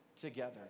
together